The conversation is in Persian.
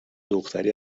دختری